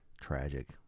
Tragic